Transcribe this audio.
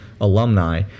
alumni